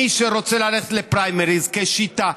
מי שרוצה ללכת לפריימריז כשיטה,